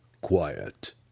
Quiet